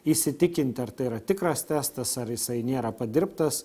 įsitikinti ar tai yra tikras testas ar jisai nėra padirbtas